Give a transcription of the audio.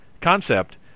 concept